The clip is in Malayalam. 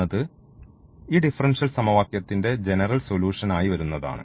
എന്നത് ഈ ഡിഫറൻഷ്യൽ സമവാക്യത്തിന്റെ ജനറൽ സൊല്യൂഷൻ ആയി വരുന്നതാണ്